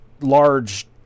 large